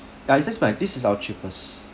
ya is this like this is our cheapest